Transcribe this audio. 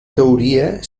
teoria